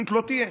פשוט לא תהיה,